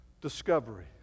discovery